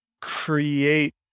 create